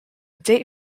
date